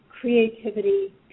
creativity